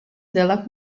della